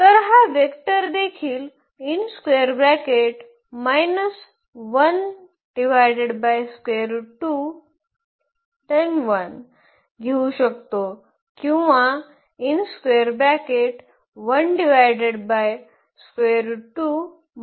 तर हा वेक्टरदेखील घेऊ शकतो किंवा घेऊ शकतो